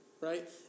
right